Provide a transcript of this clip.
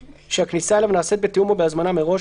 שהכניסה אליו נעשית בתיאום או בהזמנה מראש,